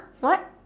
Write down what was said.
what